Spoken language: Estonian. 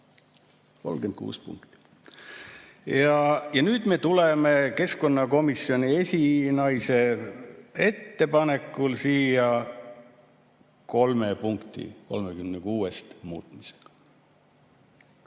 36 punkti! Ja nüüd me tuleme keskkonnakomisjoni esinaise ettepanekul siia kolme punkti muutmisega. Mida